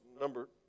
number